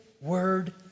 word